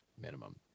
minimum